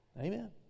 Amen